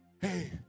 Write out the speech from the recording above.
hey